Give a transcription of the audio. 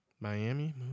Miami